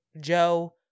Joe